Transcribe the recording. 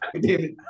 david